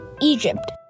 Egypt